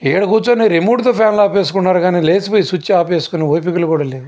ఈడ కూర్చుని రిమోటుతో ఫ్యాన్లు ఆపేసుకుంటున్నారు కానీ లేచిపోయి స్విట్చ్ ఆపేసుకునే ఓపికలు కూడా లేవు